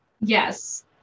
yes